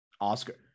Oscar